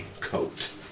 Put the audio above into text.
coat